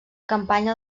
campanya